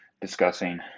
discussing